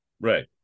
Right